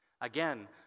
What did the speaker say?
Again